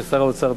של שר האוצר,